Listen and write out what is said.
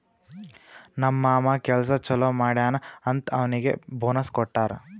ನಮ್ ಮಾಮಾ ಕೆಲ್ಸಾ ಛಲೋ ಮಾಡ್ಯಾನ್ ಅಂತ್ ಅವ್ನಿಗ್ ಬೋನಸ್ ಕೊಟ್ಟಾರ್